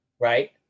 right